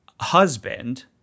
husband